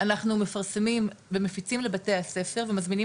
אנחנו מפרסמים ומפיצים לבתי הספר ומזמינים